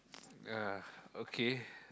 ya okay